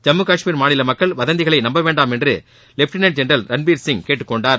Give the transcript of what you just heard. ஜம்மு காஷ்மீர் மாநில மக்கள் வதந்திகளை நம்ப வேண்டாம் என்று லெப்டினன்ட் ஜெனரல் ரன்பீர் சிங் கேட்டுக் கொண்டார்